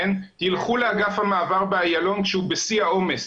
תלכו לאגף המעבר באיילון כשהוא בשיא העומס,